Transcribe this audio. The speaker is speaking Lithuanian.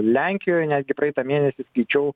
lenkijoj netgi praeitą mėnesį skaičiau